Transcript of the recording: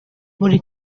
buri